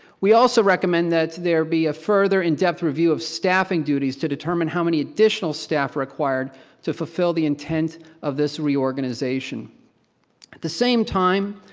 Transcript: we also recommend that there be a further in-depth review of staffing duties to determine how many additional staff are required to fulfill the intent of this reorganization. at the same time,